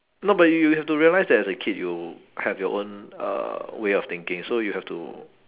no but you you you have to realise that as a kid you have your own uh way of thinking so you have to